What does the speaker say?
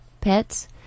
pets